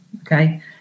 okay